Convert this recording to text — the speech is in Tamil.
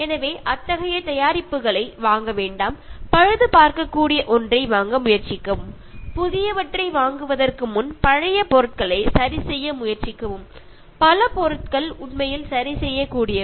எனவே அத்தகைய தயாரிப்புகளை வாங்க வேண்டாம் பழுதுபார்க்கக்கூடிய ஒன்றை வாங்க முயற்சிக்கவும் புதியவற்றை வாங்குவதற்கு முன் பழைய பொருட்களை சரிசெய்ய முயற்சிக்கவும் பல பொருட்கள் உண்மையில் சரிசெய்யக்கூடியவை